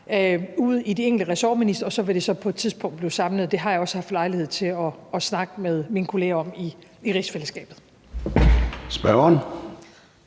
ude i de enkelte ressortministerier, og så vil det så på et tidspunkt blive samlet. Og det har jeg også haft lejlighed til at snakke med min kollegaer i rigsfællesskabet om.